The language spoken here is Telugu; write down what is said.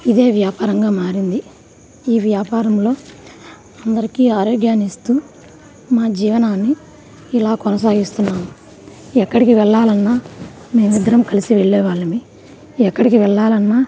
ఇదే వ్యాపారంగా మారింది ఈ వ్యాపారంలో అందరికీ ఆరోగ్యాన్నిస్తూ మా జీవనాన్ని ఇలా కొనసాగిస్తున్నాము ఎక్కడికి వెళ్ళాలన్నా మేము ఇద్దరము కలిసే వెళ్ళేవాళ్ళము ఎక్కడికి వెళ్ళాలన్నా